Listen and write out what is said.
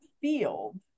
field